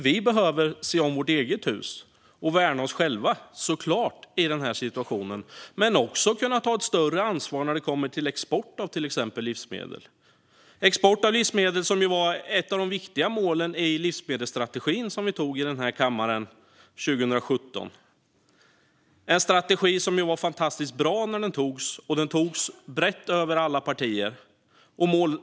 Vi behöver se om vårt eget hus och värna oss själva i den här situationen, men också ta större ansvar när det kommer till export av till exempel livsmedel. Export av livsmedel var ju ett av de viktiga målen i livsmedelsstrategin som antogs i den här kammaren 2017. Den var fantastiskt bra då och antogs brett av alla partier.